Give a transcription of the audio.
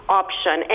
option